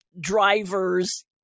drivers